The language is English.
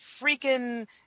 freaking